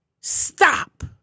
stop